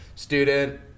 Student